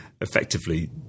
effectively